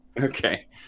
Okay